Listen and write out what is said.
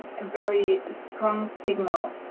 and very strong signal.